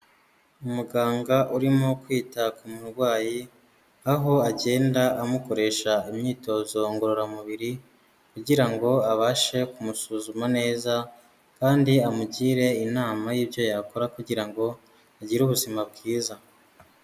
Umuganga urimo kwita murwayi, aho agenda amukoresha imyitozo ngororamubiri kugira ngo abashe kumusuzuma neza, kandi amugire inama y'ibyo yakora kugira ngo agire ubuzima bwiza.